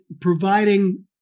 providing